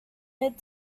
mid